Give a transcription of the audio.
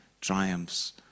triumphs